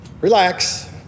relax